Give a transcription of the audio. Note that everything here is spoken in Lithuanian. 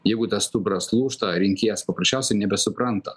jeigu tas stuburas lūžta rinkėjas paprasčiausiai nebesupranta